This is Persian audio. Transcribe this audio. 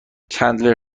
چندلر